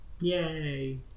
Yay